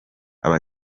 aba